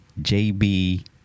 JB